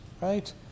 right